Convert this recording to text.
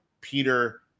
Peter